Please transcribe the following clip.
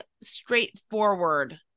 straightforward